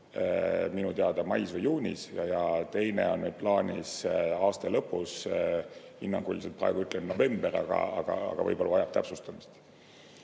minu teada mais või juunis, ja teine on plaanis aasta lõpus, hinnanguliselt praegu ütlen, et novembris, aga võib-olla see vajab täpsustamist.